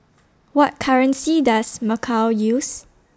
What currency Does Macau use